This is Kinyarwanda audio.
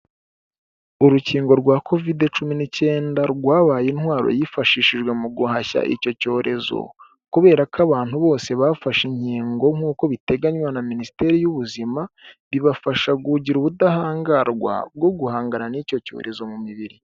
Urukingo rwa Kovide Cumi N'icyenda rwabaye intwaro yifashishijwe mu guhashya icyo cyorezo, kubera ko abantu bose bafashe inkingo nk'uko biteganywa na minisiteri y'ubuzima, bibafasha kugira ubudahangarwa bwo guhangana n'icyo cyorezo mu mibiri.